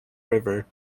river